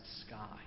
sky